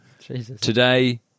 Today